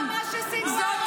יאללה את --- שלך.